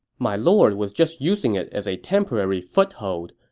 my lord was just using it as a temporary foothold.